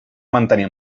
mantenir